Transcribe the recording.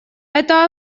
это